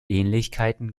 ähnlichkeiten